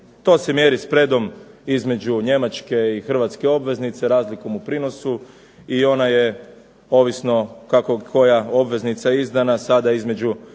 To se mjeri spredom između Njemačke i Hrvatske obveznice, razlikom u prinosu, i ona je ovisno kako koja obveznica izdana sada između